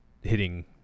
hitting